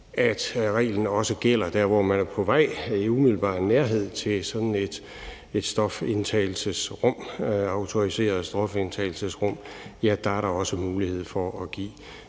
at reglen også gælder der, hvor man er på vej i umiddelbar nærhed til sådan et autoriseret stofindtagelsesrum, altså at der også dér er mulighed for at give